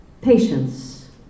patience